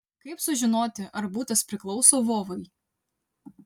kaip sužinoti ar butas priklauso vovai